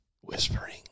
whispering